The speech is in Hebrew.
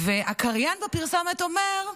והקריין בפרסומת אומר: